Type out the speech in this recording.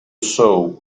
show